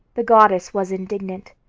the goddess was indignant.